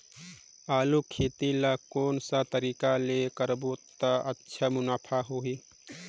आलू खेती ला कोन सा तरीका ले करबो त अच्छा मुनाफा होही?